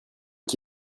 qui